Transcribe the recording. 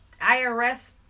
IRS